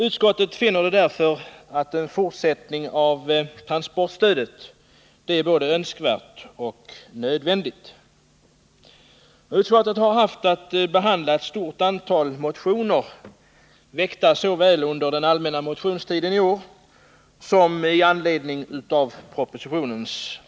Utskottet finner därför att en fortsättning av transportstödet är både önskvärd och nödvändig. Utskottet har haft att behandla ett stort antal motioner, väckta såväl under den allmänna motionstiden i år som i anledning av propositionen.